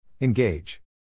Engage